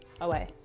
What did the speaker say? away